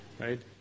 right